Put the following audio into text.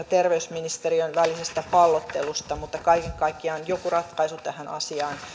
terveysministeriön välisestä pallottelusta mutta kaiken kaikkiaan joku ratkaisu tähän asiaan